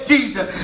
Jesus